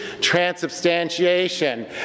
transubstantiation